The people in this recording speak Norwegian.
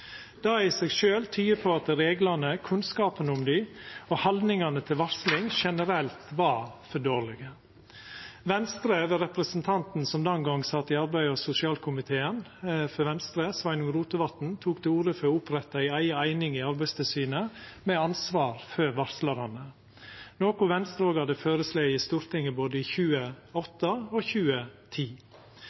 Det i seg sjølv tyder på at reglane, kunnskapen om dei og haldningane til varsling generelt var for dårlege. Venstre, ved representanten som den gongen sat i arbeids- og sosialkomiteen for Venstre, Sveinung Rotevatn, tok til orde for å oppretta ei eiga eining i Arbeidstilsynet med ansvar for varslarane, noko Venstre òg hadde føreslått i Stortinget både i 2008 og i 2010.